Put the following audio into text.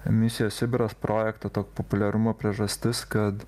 misijos sibiras projekto to populiarumo priežastis kad